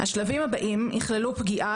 השלבים הבאים יכללו פגיעה,